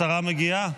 השרה מגיעה?